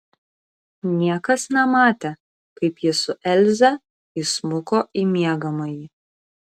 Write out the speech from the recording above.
niekas nematė kaip jis su elze įsmuko į miegamąjį